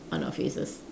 on our faces